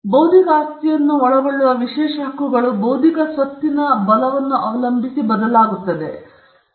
ಈಗ ಬೌದ್ಧಿಕ ಆಸ್ತಿಯನ್ನು ಒಳಗೊಳ್ಳುವ ವಿಶೇಷ ಹಕ್ಕುಗಳು ಬೌದ್ಧಿಕ ಸ್ವತ್ತಿನ ಬಲವನ್ನು ಅವಲಂಬಿಸಿ ಬದಲಾಗುತ್ತವೆ ಎಂದು ನಾವು ಉಲ್ಲೇಖಿಸುತ್ತಿದ್ದೇವೆ